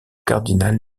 cardinal